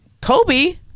Kobe